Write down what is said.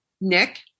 Nick